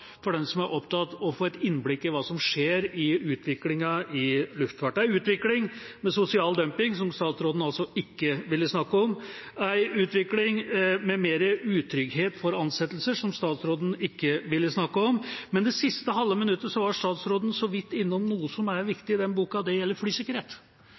for den som er opptatt av å få et innblikk i hva som skjer i utviklinga i luftfarten. Det er en utvikling med sosial dumping, som statsråden ikke ville snakke om, en utvikling med mer utrygghet for ansettelser, som statsråden ikke ville snakke om. Men det siste halve minuttet var statsråden så vidt innom noe som er viktig i denne boka, og det gjelder flysikkerhet.